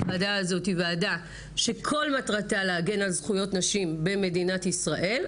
הוועדה הזו היא ועדה שכל מטרתה להגן על זכויות נשים במדינת ישראל,